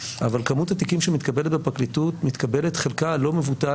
אבל כמות התיקים שמתקבלת בפרקליטות מתקבלת חלקה הלא מבוטל,